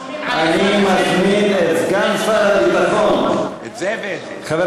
אתה מעדיף מחסומים על עזרת השם?